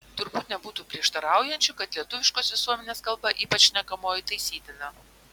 turbūt nebūtų prieštaraujančių kad lietuviškos visuomenės kalba ypač šnekamoji taisytina